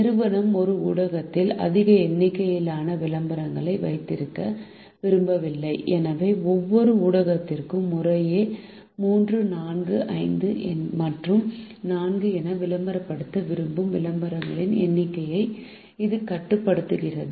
நிறுவனம் ஒரு ஊடகத்தில் அதிக எண்ணிக்கையிலான விளம்பரங்களை வைத்திருக்க விரும்பவில்லை எனவே ஒவ்வொரு ஊடகத்திலும் முறையே 3 4 5 மற்றும் 4 என விளம்பரப்படுத்த விரும்பும் விளம்பரங்களின் எண்ணிக்கையை இது கட்டுப்படுத்துகிறது